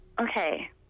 Okay